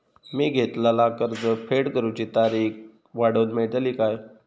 मी घेतलाला कर्ज फेड करूची तारिक वाढवन मेलतली काय?